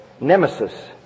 Nemesis